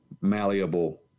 malleable